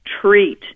treat